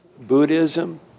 Buddhism